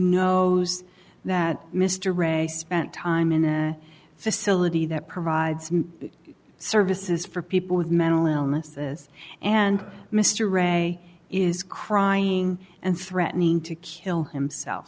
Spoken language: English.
knows that mr ray spent time in a facility that provide some services for people with mental illnesses and mr ray is crying and threatening to kill himself